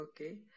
Okay